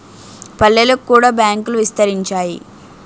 పల్లెలకు కూడా బ్యాంకులు విస్తరించాయి